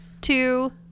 two